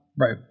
Right